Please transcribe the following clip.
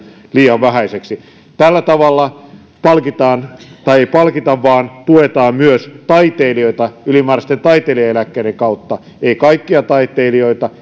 liian vähäiseksi tällä tavalla palkitaan tai ei palkita vaan tuetaan myös taiteilijoita ylimääräisten taiteilijaeläkkeiden kautta ei kaikkia taiteilijoita